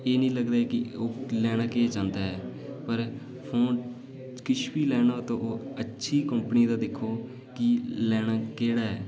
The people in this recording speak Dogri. एह् नीं लगदा कि ओह् लैना केह् चांहदा ऐ पर फोन किश बी लैना होऐ ते ओह् अच्छी कंपनी दा दिक्खो कि लैना केह्ड़ा ऐ